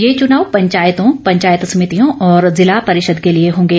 ये चुनाव पंचायतों पंचायत समितियों और जिला परिषद के लिए होंगे